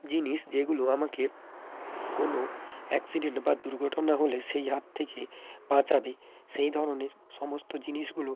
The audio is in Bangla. জিনিস যেগুলো আমাকে কোনো অ্যাক্সিডেন্ট বা দুর্ঘটনা হলে সেই হাত থেকে বাঁচাবে সেই ধরনের সমস্ত জিনিসগুলো